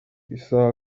isaha